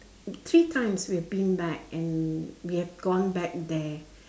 three times we've been back and we have gone back there